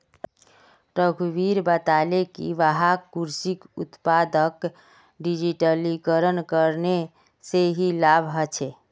रघुवीर बताले कि वहाक कृषि उत्पादक डिजिटलीकरण करने से की लाभ ह छे